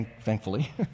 thankfully